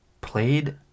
Played